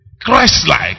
Christ-like